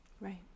Right